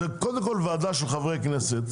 זאת קודם כל ועדה של חברי כנסת.